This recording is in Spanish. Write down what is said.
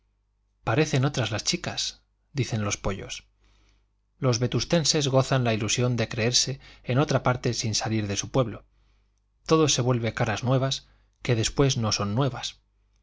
parecen otras las chicas dicen los pollos los vetustenses gozan la ilusión de creerse en otra parte sin salir de su pueblo todo se vuelve caras nuevas que después no son nuevas